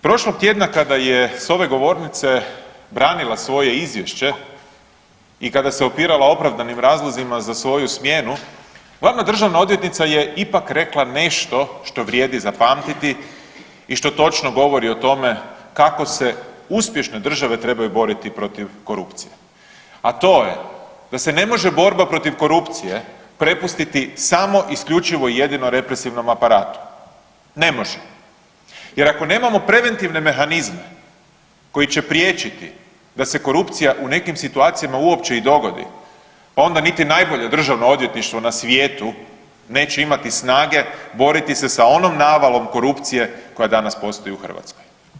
Prošlog tjedna kada je s ove govornice branila svoje izvješće i kada se opirala određenim razlozima za svoju smjenu, glavna državna odvjetnica je ipak rekla nešto što vrijedi zapamtiti i što točno govori o tome kako se uspješne države trebaju boriti protiv korupcije, a to je da se ne može borba protiv korupcije prepustiti samo isključivo jedino represivnom aparatu, ne može jer ako nemamo preventivne mehanizme koji će priječiti da se korupcija u nekim situacijama uopće i dogodi pa onda niti najbolje državno odvjetništvo na svijetu neće imati snage boriti se sa onom navalom korupcije koja danas postoji u Hrvatskoj.